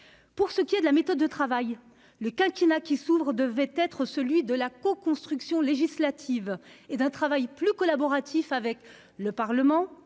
Pour ce qui est de la méthode de travail, le quinquennat qui s'ouvre devait être celui de la coconstruction législative et d'un travail plus collaboratif avec le Parlement,